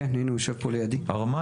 ארמן